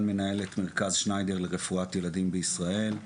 מנהלת מרכז שניידר לרפואת ילדים בישראל,